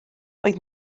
oedd